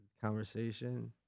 Conversation